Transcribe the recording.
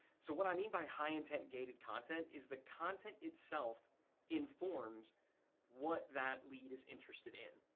so what i mean by high-intent gated content is the content itself informs what that lead is interested in.